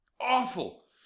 awful